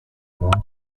launch